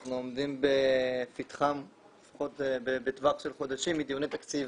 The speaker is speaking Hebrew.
ואנחנו עומדים בטווח של חודשים מדיוני התקציב